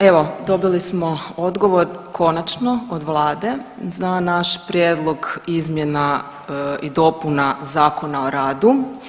Evo, dobili smo odgovor konačno od Vlade za naš prijedlog izmjena i dopuna Zakona o radu.